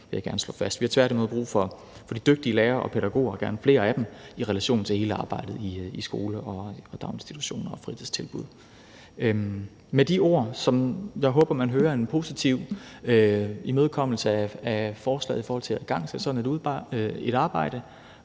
Vi har tværtimod brug for de dygtige lærere og pædagoger og gerne flere af dem i relation til hele arbejdet i skole og daginstitutioner og fritidstilbud. I de ord håber jeg man hører en positiv imødekommelse af forslaget i forhold til at igangsætte sådan et arbejde